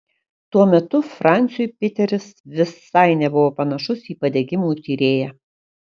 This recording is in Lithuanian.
tuo metu franciui piteris visai nebuvo panašus į padegimų tyrėją